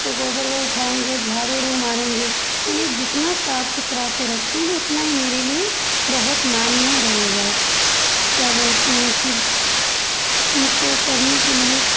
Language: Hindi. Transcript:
तो गोबर उबर उठाएंगे झाड़ू उरु मारेंगे उन्हें जितना साफ सुथरा से रखेंगे उतना ही मेरे लिए बहुत मानने रहेगा क्या बोलते हैं फिर उनको करने के लिए